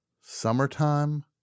summertime